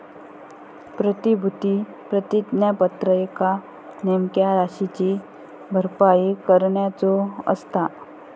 प्रतिभूती प्रतिज्ञापत्र एका नेमक्या राशीची भरपाई करण्याचो असता